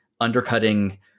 undercutting